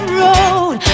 road